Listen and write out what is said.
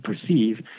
perceive